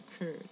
occurred